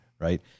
right